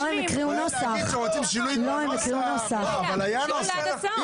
אבל היה נוסח,